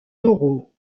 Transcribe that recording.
taureau